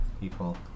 people